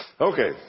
Okay